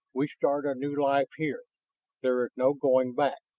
we start a new life here there is no going back.